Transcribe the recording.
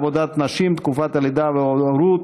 עבודת נשים (תקופת לידה והורות)